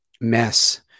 mess